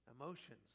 emotions